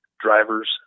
drivers